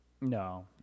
No